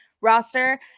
roster